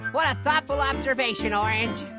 what a thoughtful observation, orange.